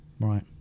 Right